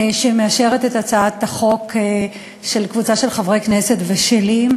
שמאשרת את הצעת החוק של קבוצה של חברי הכנסת ושלי.